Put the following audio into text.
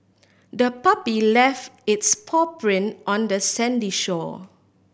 the puppy left its paw print on the sandy shore